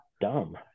dumb